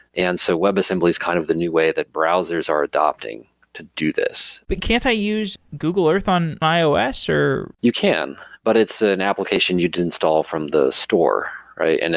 and so webassembly is kind of the new way that browsers are adopting to do this but can't i use google earth on ios? you can, but it's ah an application you'd install from the store, right? and